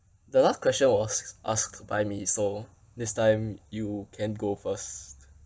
the last question was asked by me so this time you can go first